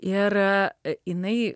ir jinai